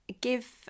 give